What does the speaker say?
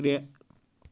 ترٛےٚ